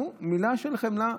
נו, מילה של חמלה.